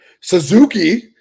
Suzuki